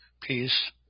peace